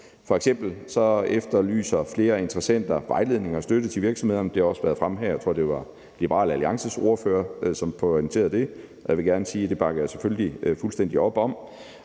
F.eks. efterlyser flere interessenter vejledning og støtte til virksomhederne. Det har også været fremme her; jeg tror, det var Liberal Alliances ordfører, som pointerede det. Jeg vil gerne sige, at det bakker jeg selvfølgelig fuldstændig op om,